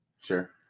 Sure